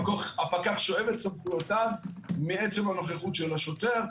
הפקח שואב את סמכויותיו מעצם הנוכחות של השוטר.